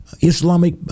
Islamic